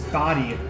body